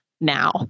now